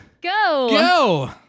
Go